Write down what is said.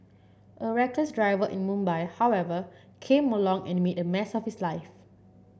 a reckless driver in Mumbai however came along and made a mess of his life